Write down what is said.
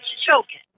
Choking